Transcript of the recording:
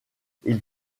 ils